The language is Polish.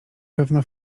pewno